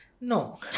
No